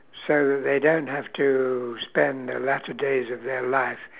so that they don't have to spend the latter days of their life